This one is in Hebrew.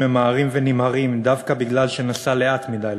ממהרים ונמהרים דווקא בגלל שנסע לאט מדי,